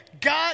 God